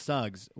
Suggs